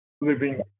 living